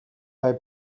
bij